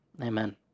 Amen